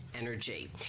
energy